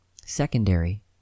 secondary